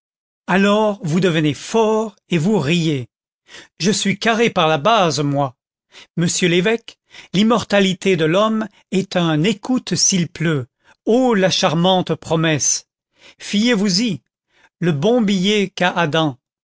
alors vous devenez fort et vous riez je suis carré par la base moi monsieur l'évêque l'immortalité de l'homme est un écoute-s'il-pleut oh la charmante promesse fiez-vous-y le bon billet qu'a adam